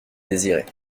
désirer